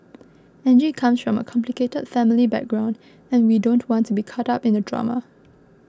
Angie comes from a complicated family background and we don't want to be caught up in the drama